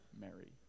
Mary